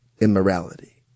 immorality